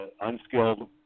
unskilled